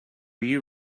you